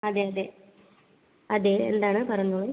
അതെ അതെ അതെ എന്താണ് പറഞ്ഞോളൂ